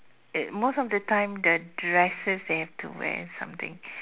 it most of the time the dresses they have to wear something